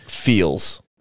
feels